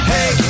Hey